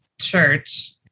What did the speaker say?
Church